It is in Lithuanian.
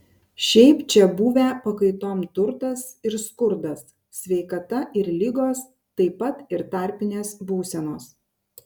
šiaip čia buvę pakaitom turtas ir skurdas sveikata ir ligos taip pat ir tarpinės būsenos